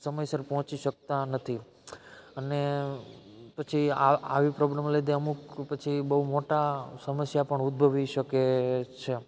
સમયસર પહોંચી શકતા નથી અને પછી આવી પ્રોબ્લમના લીધે અમુક પછી બહુ મોટાં સમસ્યા પણ ઉદ્ભવી શકે છે